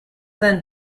then